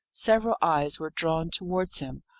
several eyes were drawn towards him,